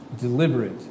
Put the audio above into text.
deliberate